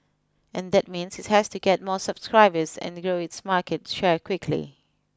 and that means it has to get more subscribers and grow its market share quickly